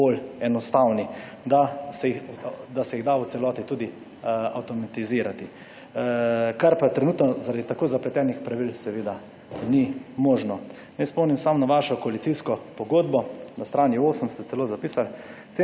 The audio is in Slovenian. bolj enostavni, da se jih da v celoti tudi avtomatizirati. Kar pa je trenutno zaradi tako zapletenih pravil seveda ni možno. Naj spomnim samo na vašo koalicijsko pogodbo, na strani 8 ste celo zapisali,